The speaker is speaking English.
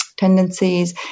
tendencies